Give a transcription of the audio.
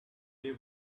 they